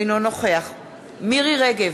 אינו נוכח מירי רגב,